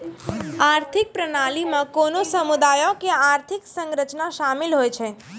आर्थिक प्रणाली मे कोनो समुदायो के आर्थिक संरचना शामिल होय छै